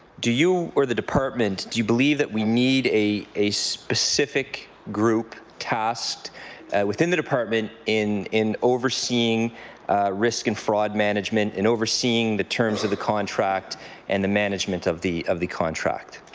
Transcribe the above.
do you or the department, do you believe that we need a a specific group cast within the department in in overseeing risk and fraud management and overseeing the terms of the contract and the management of the of the contract?